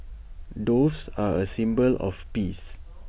doves are A symbol of peace